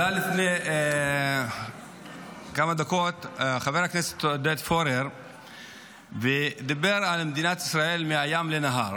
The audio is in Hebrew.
עלה לפני כמה דקות חבר הכנסת עודד פורר ודיבר על מדינת ישראל מהים לנהר,